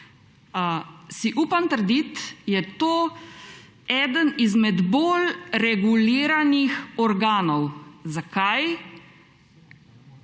si upam trditi, je to eden izmed bolj reguliranih organov. Zakaj?